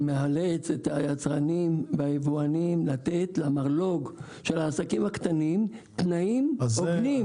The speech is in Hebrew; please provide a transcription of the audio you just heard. שמאלץ את היצרנים והיבואנים לתת למרלו"ג של העסקים הקטנים תנאים הוגנים.